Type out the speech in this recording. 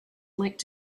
linked